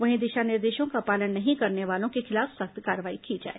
वहीं दिशा निर्देशों का पालन नहीं करने वालों के खिलाफ सख्त कार्रवाई की जाए